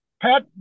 Pat